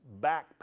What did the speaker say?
backpack